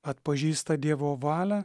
atpažįsta dievo valią